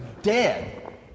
dead